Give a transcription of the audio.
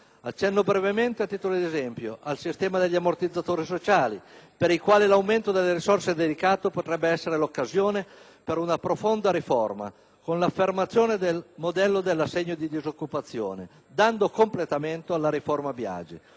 Accenno brevemente, a titolo di esempio, al sistema degli ammortizzatori sociali, per il quale l'aumento delle risorse dedicate potrebbe essere l'occasione per una profonda riforma con l'affermazione del modello dell'assegno di disoccupazione, dando completamento alla riforma Biagi;